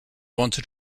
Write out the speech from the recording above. wanted